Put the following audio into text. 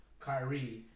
Kyrie